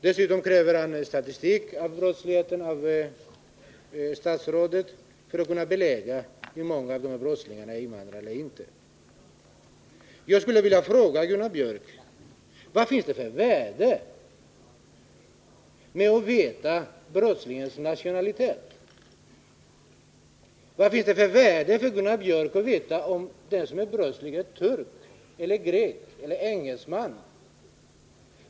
Dessutom kräver han av statsrådet en statistik över brottsligheten för att kunna belägga hur många brottslingar som är invandrare. Jag skulle vilja fråga Gunnar Biörck: Vad finns det för värde med att få veta brottslingens nationalitet? Vad finns det för värde för Gunnar Biörck att få veta om en brottsling är turk, grek eller engelsman?